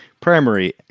primary